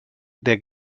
der